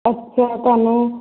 ਅੱਛਾ ਤੁਹਾਨੂੰ